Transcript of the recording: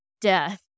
death